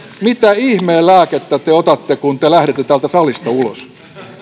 mitä ihmeen lääkettä te otatte kun te lähdette täältä salista ulos